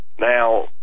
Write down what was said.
Now